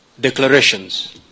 declarations